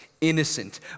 innocent